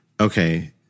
Okay